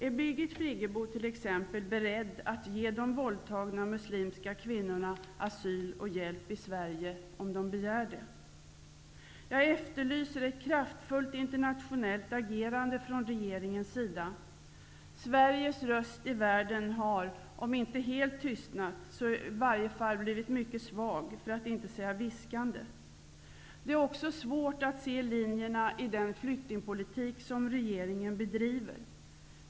Är Birgit Friggebo t.ex. be redd att ge de våldtagna muslimska kvinnorna asyl och hjälp i Sverige om de begär det? Jag efterlyser ett kraftfullt internationellt age rande från regeringens sida. Sveriges röst i värl den har, om inte helt tystnat, så i varje fall blivit mycket svag, för att inte säga viskande. Det är också svårt att se linjerna i den flykting politik som regeringen bedriver.